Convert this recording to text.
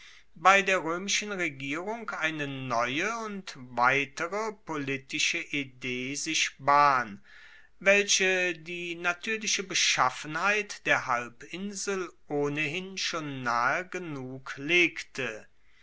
bei der roemischen regierung eine neue und weitere politische idee sich bahn welche die natuerliche beschaffenheit der halbinsel ohnehin schon nahe genug legte